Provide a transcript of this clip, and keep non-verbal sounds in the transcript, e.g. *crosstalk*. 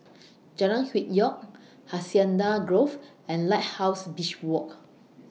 *noise* Jalan Hwi Yoh Hacienda Grove and Lighthouse Beach Walk